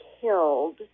killed